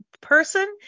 person